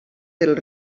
del